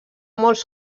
molts